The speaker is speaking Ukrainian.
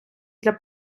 для